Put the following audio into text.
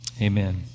amen